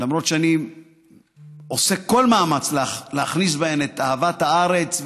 למרות שאני עושה כל מאמץ להכניס בהן את אהבת הארץ,